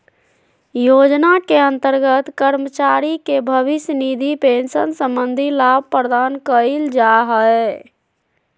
योजना के अंतर्गत कर्मचारी के भविष्य निधि पेंशन संबंधी लाभ प्रदान कइल जा हइ